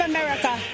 America